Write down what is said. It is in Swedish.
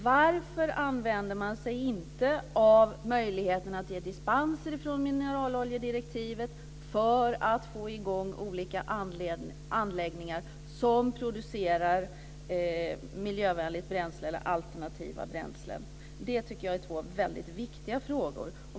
Varför använder man inte möjligheten att ge dispenser från mineraloljedirektivet för att få i gång olika anläggningar som producerar alternativa bränslen? Jag tycker att det är två väldigt viktiga frågor.